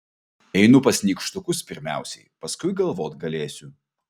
einu pas nykštukus pirmiausiai paskui galvot galėsiu